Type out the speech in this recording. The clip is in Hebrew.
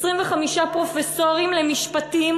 25 פרופסורים למשפטים,